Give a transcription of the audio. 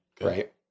right